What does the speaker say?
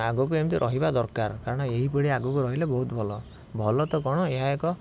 ଆଗକୁ ଏମତି ରହିବା ଦରକାର କାରଣ ଏହି ପିଢ଼ି ଆଗକୁ ରହିଲେ ବହୁତ ଭଲ ଭଲ ତ କ'ଣ ଏହା ଏକ